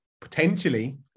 potentially